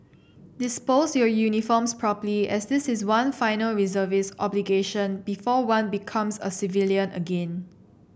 dispose your uniforms properly as this is one final reservist obligation before one becomes a civilian again